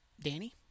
Danny